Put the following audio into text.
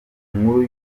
nkuru